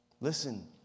Listen